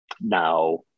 Now